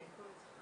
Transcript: כי בסופו של דבר